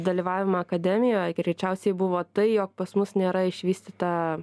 dalyvavimą akademijoj greičiausiai buvo tai jog pas mus nėra išvystyta